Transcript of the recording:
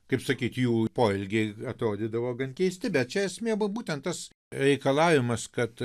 kaip sakyt jų poelgiai atrodydavo gan keisti bet čia esmė va būtent tas reikalavimas kad